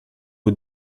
aux